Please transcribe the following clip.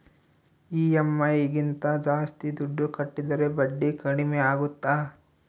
EMI ಗಿಂತ ಜಾಸ್ತಿ ದುಡ್ಡು ಕಟ್ಟಿದರೆ ಬಡ್ಡಿ ಕಡಿಮೆ ಆಗುತ್ತಾ?